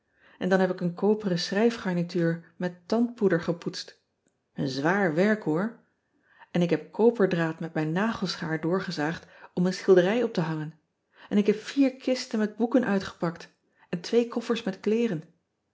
en dan heb ik een koperen schrijfgarnituur met tandpoeder gepoetst een zwaar werk hoor en ik heb koperdraad met mijn nagelschaar doorgezaagd om een schilderij op te hangen en ik heb vier kisten met boeken uitgepakt en twee koffers met kleeren